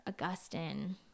Augustine